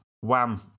Wham